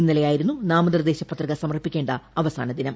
ഇന്നലെയായിരുന്നു നാമനിർദേശ പത്രിക സമർപ്പിക്കേണ്ട അവസാന ദിനം